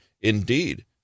indeed